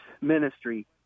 ministry